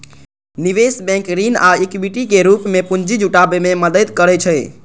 निवेश बैंक ऋण आ इक्विटी के रूप मे पूंजी जुटाबै मे मदति करै छै